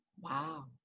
wow